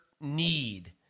need